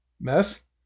Mess